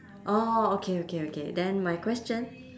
orh okay okay okay then my question